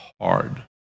hard